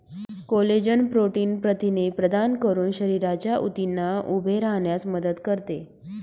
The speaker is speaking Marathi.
कोलेजन प्रोटीन प्रथिने प्रदान करून शरीराच्या ऊतींना उभे राहण्यास मदत करते